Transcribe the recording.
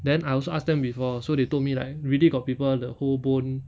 then I also ask them before so they told me like really got people the whole bone